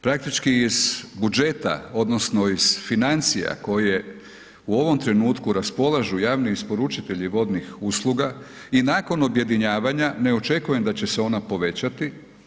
Praktički iz budžeta odnosno iz financija koje u ovom trenutku raspolažu javni isporučitelji vodnih usluga i nakon objedinjavanja ne očekujem da će se ona povećati.